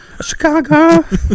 Chicago